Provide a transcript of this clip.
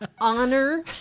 honor